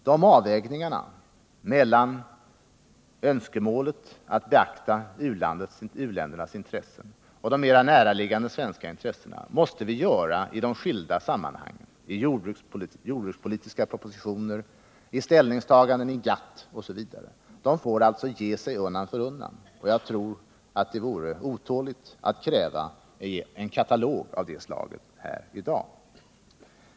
De avvägningarna mellan önskemålet att beakta u-ländernas intressen och de mera näraliggande svenska intressena måste vi göra i de skilda sammanhangen: i jordbrukspolitiska propositioner, i ställningstaganden i GATT osv. De får alltså ge sig undan för undan, och jag tror att det vore otåligt att kräva en katalog av det slaget här i dag.